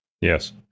Yes